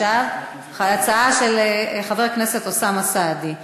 ההצעה של חבר הכנסת אוסאמה סעדי.